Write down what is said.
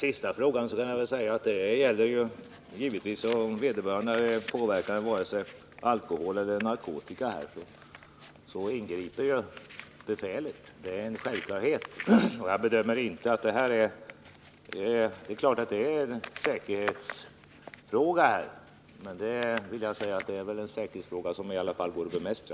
Herr talman! På den sista frågan kan jag svara att om en värnpliktig är påverkad — vare sig det gäller alkohol eller narkotika — så ingriper befälet. Det är en självklarhet. Givetvis är detta en säkerhetsfråga, men det är väl en säkerhetsfråga som går att bemästra.